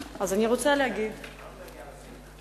היא לא הגיעה לסעיף הזה.